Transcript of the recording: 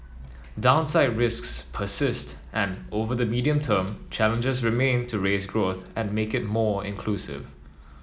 downside risks persist and over the medium term challenges remain to raise growth and make it more inclusive